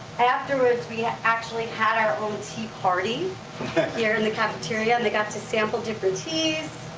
afterwards, we actually had our own tea party here in the cafeteria, and they got to sample different teas.